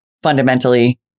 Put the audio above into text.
fundamentally